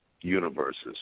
universes